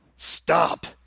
Stop